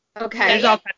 Okay